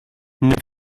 neuf